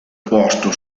posto